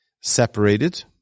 separated